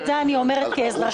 ואת זה אני אומרת כאזרחית.